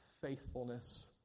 faithfulness